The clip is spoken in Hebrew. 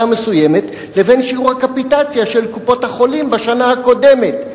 המסוימת לבין שיעור הקפיטציה של קופת-החולים בשנה הקודמת".